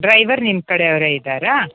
driver ನಿಮ್ಮ ಕಡೆ ಅವರೇ ಇದ್ದಾರಾ